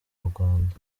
rwanda